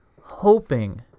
hoping